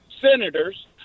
senators